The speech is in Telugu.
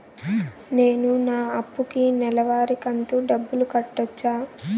నేను నా అప్పుకి నెలవారి కంతు డబ్బులు కట్టొచ్చా?